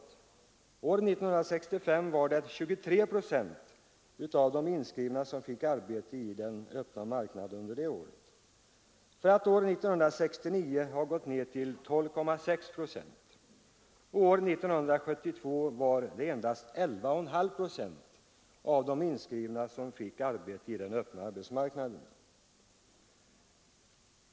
År 1965 var det 23 procent av de inskrivna som fick arbete i den öppna marknaden, och år 1969 hade andelen gått ned till 12,6 procent. År 1972 var det endast 11,5 procent av de inskrivna som fick arbete i den öppna arbetsmarknaden.